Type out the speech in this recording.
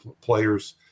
players –